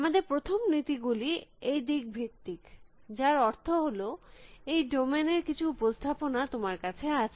আমাদের প্রথম নীতি গুলি এই দিক ভিত্তিক যার অর্থ হল এই ডোমেইন এর কিছু উপস্থাপনা তোমার কাছে আছে